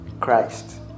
Christ